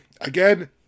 Again